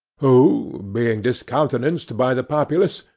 who, being discountenanced by the populace,